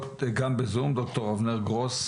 ד"ר אבנר גרוס,